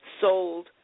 sold